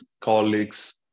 colleagues